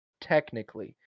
technically